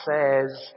says